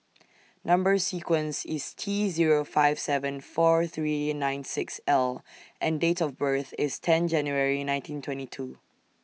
Number sequence IS T Zero five seven four three nine six L and Date of birth IS ten January nineteen twenty two